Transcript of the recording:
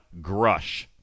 Grush